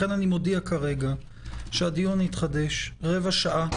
לכן אני מודיע שהדיון יתחדש רבע שעה